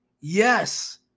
yes